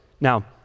Now